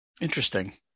Interesting